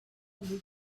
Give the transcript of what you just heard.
dir